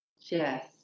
yes